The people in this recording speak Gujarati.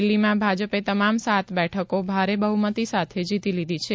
દિલ્હીમાં ભાજપે તમામ સાત બેઠકો ભારે બહુમતી સાથે જીતી લીધી છે